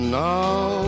now